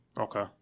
Okay